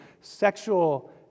sexual